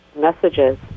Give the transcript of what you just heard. messages